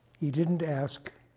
he didn't ask